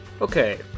Okay